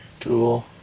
Cool